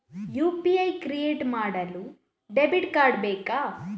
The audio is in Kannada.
ಯು.ಪಿ.ಐ ಕ್ರಿಯೇಟ್ ಮಾಡಲು ಡೆಬಿಟ್ ಕಾರ್ಡ್ ಬೇಕಾ?